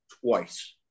twice